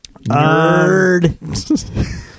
Nerd